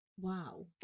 Wow